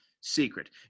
secret